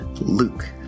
Luke